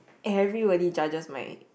everybody judges my